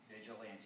vigilante